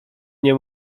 nie